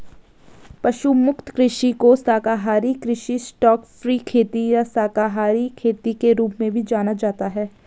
पशु मुक्त कृषि को शाकाहारी कृषि स्टॉकफ्री खेती या शाकाहारी खेती के रूप में भी जाना जाता है